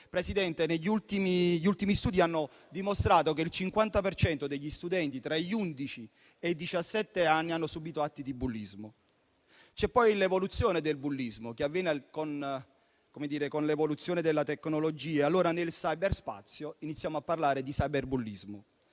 Presidente, gli ultimi studi hanno dimostrato che il 50 per cento degli studenti tra gli undici e diciassette anni hanno subito atti di bullismo. C'è poi l'evoluzione del bullismo, che avviene con l'evoluzione della tecnologia; allora nel cyberspazio iniziamo a parlare di cyberbullismo.